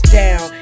down